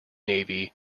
navy